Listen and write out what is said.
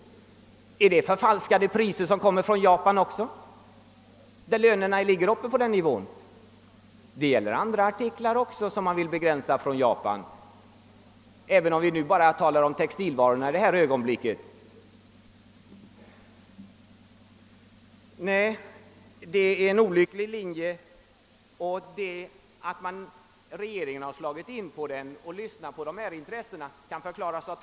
Är det fråga om förfalskad konkurrens? Debatten gäller även andra japanska artiklar, varav man också vill begränsa importen, fastän vi just nu bara talar om textilvarorna. Nej, detta är en olycklig politik, men det finns två skäl till att regeringen lyssnat på företrädarna för de här intressena och valt denna väg.